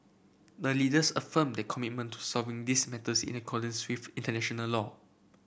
the leaders affirmed their commitment to resolving this matters in accordance with international law